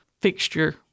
fixture